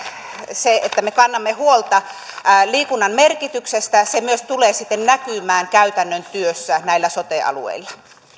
se että me kannamme huolta liikunnan merkityksestä tulee myös sitten näkymään käytännön työssä näillä sote alueilla